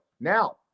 now